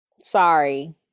sorry